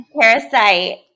Parasite